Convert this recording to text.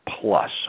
plus